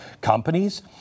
companies